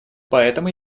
поэтому